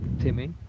Timmy